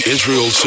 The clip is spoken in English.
Israel